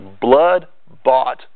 blood-bought